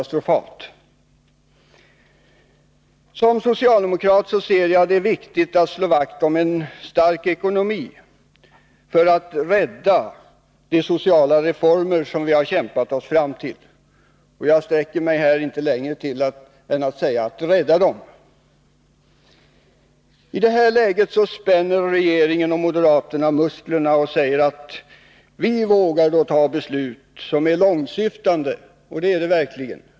Som socialdemokrat ser jag det som viktigt att slå vakt om en stark ekonomi för att rädda de sociala reformer som vi har kämpat oss fram till. Jag sträcker mig här inte längre än till att säga: Rädda dem! I detta läge spänner regeringen och moderaterna musklerna och säger att vi vågar ta beslut som är långtsyftande, och det är verkligen detta.